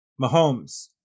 Mahomes